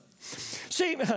See